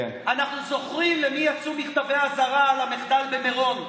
אנחנו זוכרים למי יצאו מכתבי אזהרה על המחדל במירון.